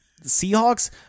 Seahawks